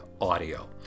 audio